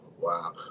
Wow